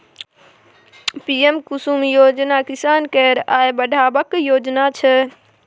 PM Kusum योजना किसान केर आय बढ़ेबाक योजना छै